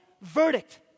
verdict